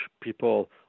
people